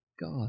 God